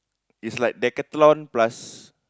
it's like decathlon plus